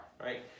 right